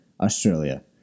Australia